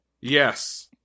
yes